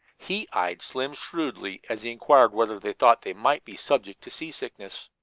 he eyed slim shrewdly as he inquired whether they thought they might be subject to seasickness.